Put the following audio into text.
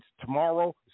tomorrow